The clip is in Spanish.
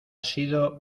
sido